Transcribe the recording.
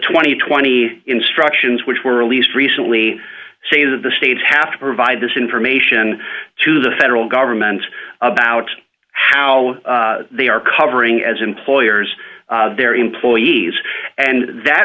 and twenty instructions which were released recently say that the states have to provide this information to the federal government about how they are covering as employers their employees and that